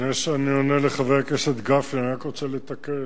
לפני שאני עונה לחבר הכנסת גפני אני רק רוצה לתקן.